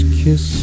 kiss